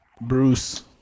Bruce